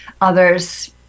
others